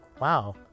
wow